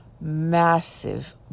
Massive